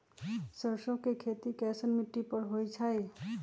सरसों के खेती कैसन मिट्टी पर होई छाई?